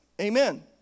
Amen